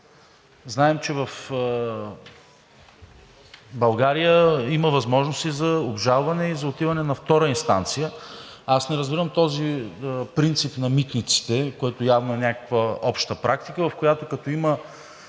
Знаем, че в България има възможност и за обжалване, и за отиване на втора инстанция. Аз не разбирам този принцип на „Митниците“, което е явно някаква обща практика, в която, като има